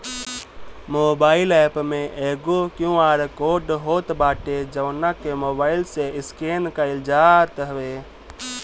mobile app में एगो QR code होत बाटे जवना के मोबाईल से स्केन कईल जात हवे